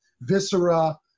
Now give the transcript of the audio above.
viscera